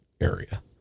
area